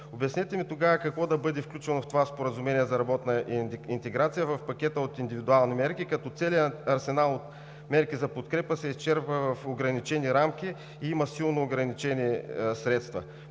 Обяснете ми тогава: какво да бъде включено в това споразумение за работна интеграция, в пакета от индивидуални мерки, като целият арсенал от мерки за подкрепа се изчерпва в ограничени рамки и има силно ограничени средства?